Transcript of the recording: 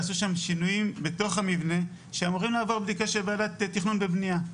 עשו שם שינויים בתוך המבנה שאמורים לעבור בדיקה של וועדת תכנון ובניה.